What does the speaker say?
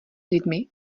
lidmi